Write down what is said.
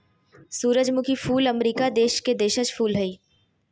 सूरजमुखी फूल अमरीका देश के देशज फूल हइ